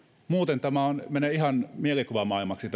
muuten tämä homma menee ihan mielikuvamaailmaksi